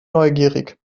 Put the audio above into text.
neugierig